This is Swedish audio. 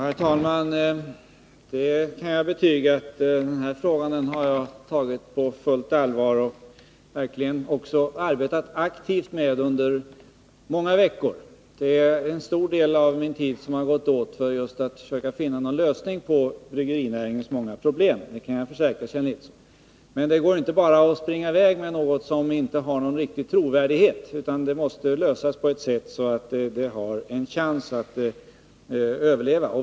Herr talman! Jag kan betyga att jag har tagit den här frågan på fullt allvar och verkligen också arbetat aktivt med den under många veckor. Det är en stor del av min tid som har gått åt just till att försöka finna någon lösning på bryggerinäringens många problem, det kan jag försäkra Kjell Nilsson. Men det går inte att bara springa i väg med något som inte har riktig trovärdighet, utan problemen måste lösas på ett sådant sätt att resultatet har en chans att överleva.